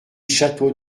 château